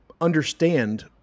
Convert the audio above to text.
understand